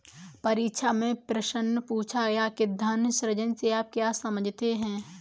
परीक्षा में प्रश्न पूछा गया कि धन सृजन से आप क्या समझते हैं?